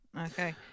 Okay